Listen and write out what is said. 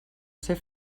ser